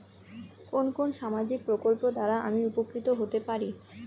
কোন কোন সামাজিক প্রকল্প দ্বারা আমি উপকৃত হতে পারি?